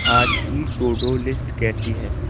آج کی to do list کیسی ہے